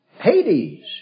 Hades